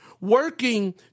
working